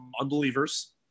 unbelievers